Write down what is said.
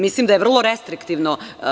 Mislim da je vrlo restriktivno.